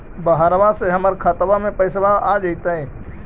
बहरबा से हमर खातबा में पैसाबा आ जैतय?